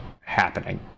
happening